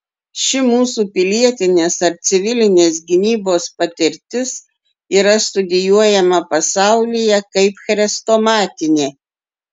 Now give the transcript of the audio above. ši mūsų pilietinės ar civilinės gynybos patirtis yra studijuojama pasaulyje kaip chrestomatinė